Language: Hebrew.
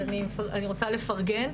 אז אני רוצה לפרגן,